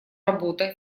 работа